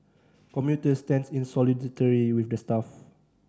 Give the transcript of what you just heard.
commuter stands in solidarity with the staff